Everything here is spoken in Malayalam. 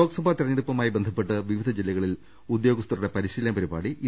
ലോക്സഭാ തെരഞ്ഞെടുപ്പുമായി ബന്ധപ്പെട്ട് വിവിധ ജില്ലകളിൽ ഉദ്യോഗസ്ഥരുടെ പരിശീലന പരിപാടി ഇന്ന് തുടങ്ങും